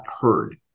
heard